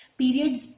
periods